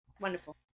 wonderful